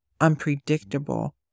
unpredictable